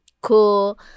Cool